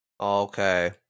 Okay